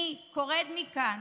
אני קוראת מכאן